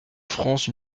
france